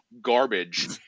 garbage